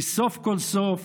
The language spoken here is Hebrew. כי סוף כל סוף